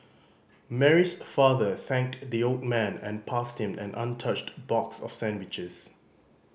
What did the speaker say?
Mary's father thanked the old man and passed him an untouched box of sandwiches